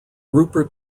rupert